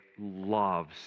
loves